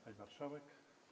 Pani Marszałek!